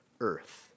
Earth